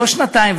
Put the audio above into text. לא שנתיים.